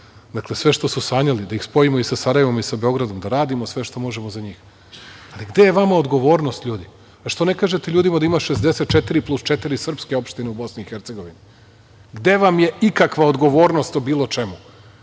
Dakle, sve što su sanjali. Da ih spojimo i sa Sarajevom i sa Beogradom, da radimo sve što možemo za njih. Ali, gde je vama odgovornost, ljudi? Pa, što ne kažete ljudima da ima 64 plus četiri srpske opštine u Bosni i Hercegovini? Gde vam je ikakva odgovornost o bilo čemu